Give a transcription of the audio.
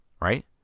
right